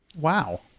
Wow